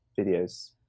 videos